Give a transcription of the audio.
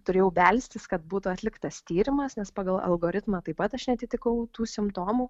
turėjau belstis kad būtų atliktas tyrimas nes pagal algoritmą taip pat aš neatitikau tų simptomų